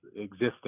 existing